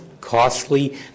costly